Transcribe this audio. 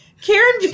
Karen